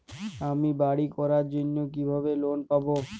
আমি বাড়ি করার জন্য কিভাবে লোন পাব?